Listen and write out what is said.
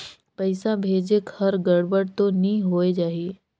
पइसा भेजेक हर गड़बड़ तो नि होए जाही?